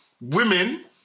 Women